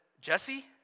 Jesse